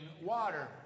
water